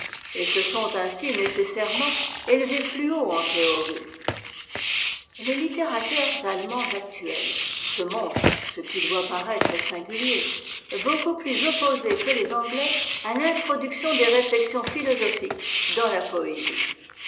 et se sont ainsi nécessairement élevés plus haut en théorie les littérateurs allemands actuels se montrent ce qui doit paraître singulier beaucoup plus opposés que les anglais à l'introduction des réflexions philosophiques dans la poésie